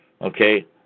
okay